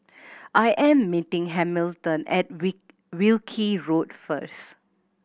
I am meeting Hamilton at weak Wilkie Road first